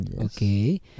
Okay